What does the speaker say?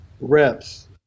reps